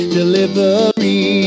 delivery